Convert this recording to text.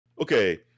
okay